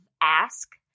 ask